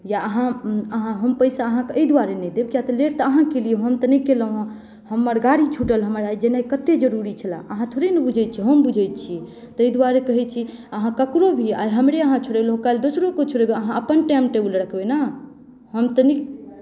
या अहाँ अहाँ हम पैसा अहाँके एहि दुआरे नहि देब कियाक तऽ लेट तऽ अहाँ केलियै हम तऽ नहि केलहुँ हेँ हमर गाड़ी छूटल हमर आइ जेनाइ कतेक जरूरी छले अहाँ थोड़ी ने बुझैत छियै हम बुझैत छियै ताहि दुआरे कहैत छी अहाँ ककरो भी आइ हमरे अहाँ छोड़ेलहुँ काल्हि दोसरोकेँ छोड़ेबै अपन टाइम टेबुल रखबै ने हम तऽ नहि